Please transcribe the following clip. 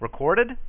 recorded